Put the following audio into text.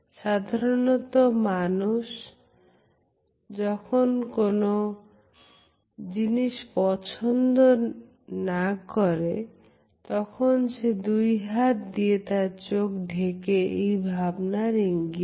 সাধারণত মানুষ যখন কোন জিনিস পছন্দ করে না তখন সে দুই হাত দিয়ে তার চোখ ঢেকে এই ভাবনার ইঙ্গিত করে